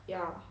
ya